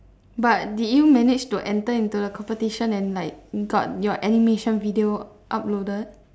but did you manage to enter into the competition and like got your animation video uploaded